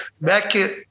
back